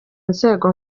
nzego